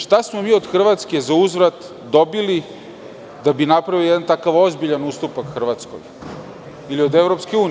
Šta smo mi od Hrvatske zauzvrat dobili da bi napravili jedan tako ozbiljan ustupak Hrvatskoj ili od EU?